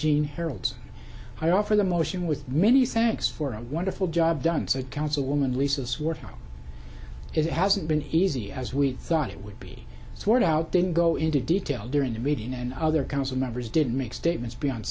gene heralds i offer the motion with many cents for a wonderful job done so councilwoman lisa's work it hasn't been easy as we thought it would be sort out then go into detail during the meeting and other council members didn't make statements beyond